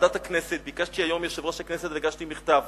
ביקשתי היום מיושב-ראש הכנסת, והגשתי מכתב